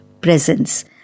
presence